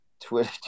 Twitter